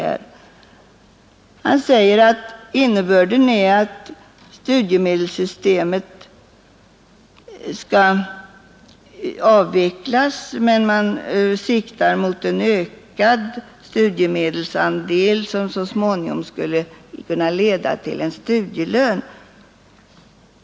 Herr Svensson säger att innebörden är att studiemedelssystemet skall avvecklas men att man siktar mot en ökad studiemedelsandel som så småningom skulle kunna leda till en studielön.